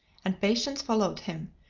and patience followed him,